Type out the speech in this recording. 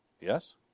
Yes